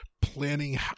planning